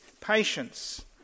patience